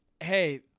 hey